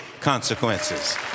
consequences